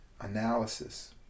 analysis